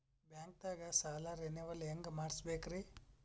ಬ್ಯಾಂಕ್ದಾಗ ಸಾಲ ರೇನೆವಲ್ ಹೆಂಗ್ ಮಾಡ್ಸಬೇಕರಿ?